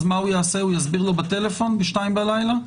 הוא יסביר לו בטלפון ב-2:00 בלילה?